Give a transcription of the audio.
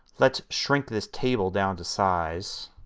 let's shrink this table down to size